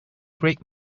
break